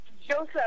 Joseph